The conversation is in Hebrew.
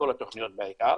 כל התוכניות בעיקר,